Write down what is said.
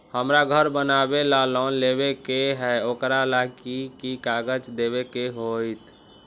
हमरा घर बनाबे ला लोन लेबे के है, ओकरा ला कि कि काग़ज देबे के होयत?